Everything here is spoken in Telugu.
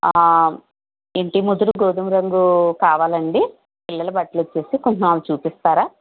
ఆ ఇంటి ముదురు గోదుమ రంగు కావాలండి పిల్లల బట్టలు వచ్చి కొంచెం అవి చూపిస్తారా